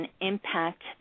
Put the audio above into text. impact